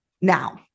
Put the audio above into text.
now